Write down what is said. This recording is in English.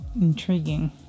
Intriguing